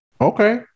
okay